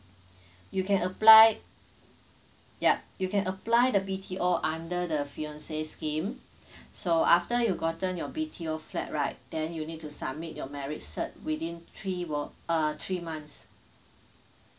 you can apply yup you can apply the B_T_O under the fiancé scheme so after you gotten your B_T_O flat right then you need to submit your marriage cert within three wor~ uh three months